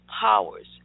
powers